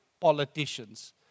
politicians